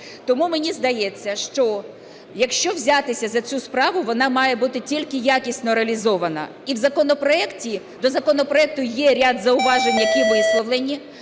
Тому мені здається, що якщо взятися за цю справу, вона має бути тільки якісно реалізована. І в законопроекті, до законопроекту є ряд зауважень, які висловленні.